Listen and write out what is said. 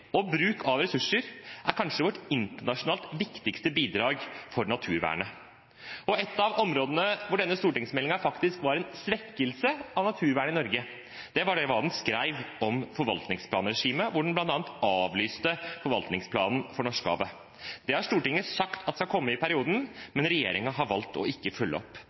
og bruk av ressurser, er kanskje vårt internasjonalt viktigste bidrag for naturvernet. Et av områdene hvor denne stortingsmeldingen faktisk var en svekkelse av naturvernet i Norge, gjelder det som ble skrevet om forvaltningsplanregimet, hvor den bl.a. avlyste forvaltningsplanen for Norskehavet. Den har Stortinget sagt at skal komme i perioden, men regjeringen har valgt ikke å følge opp.